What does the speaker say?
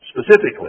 specifically